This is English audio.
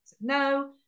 no